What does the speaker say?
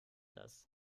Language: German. das